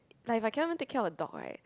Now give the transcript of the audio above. like if I cannot even take care of a dog right